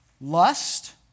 Lust